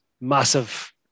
massive